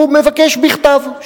הוא מבקש בכתב,